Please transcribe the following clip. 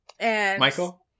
Michael